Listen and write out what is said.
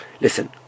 listen